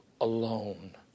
alone